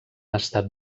estat